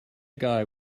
guy